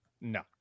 No